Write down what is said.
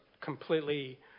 completely